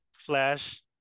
Flash